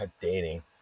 dating